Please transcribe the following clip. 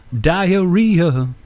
Diarrhea